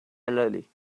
elderly